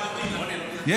אתה מאלץ אותי, קריאה שלישית.